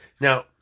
Now